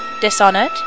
Dishonored